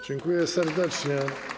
Dziękuję serdecznie.